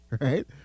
right